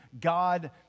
God